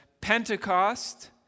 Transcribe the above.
Pentecost